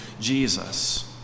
Jesus